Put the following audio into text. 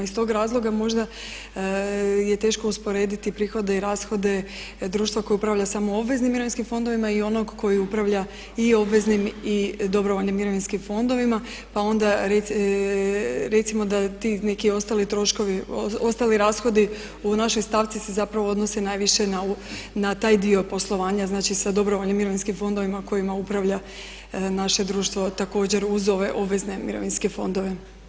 Iz tog razloga možda je teško usporediti prihode i rashode društva koje upravlja samo obveznim mirovinskim fondovima i onog koji upravlja i obveznim i dobrovoljnim mirovinskim fondovima pa onda recimo da ti neki ostali troškovi, ostali rashodi u našoj stavci se zapravo odnose najviše na taj dio poslovanja, znači sa dobrovoljnim mirovinskim fondovima kojima upravlja naše društvo također uz ove obvezne mirovinske fondove.